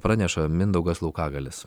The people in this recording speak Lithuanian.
praneša mindaugas laukagalius